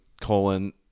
colon